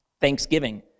thanksgiving